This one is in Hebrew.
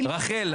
רחל,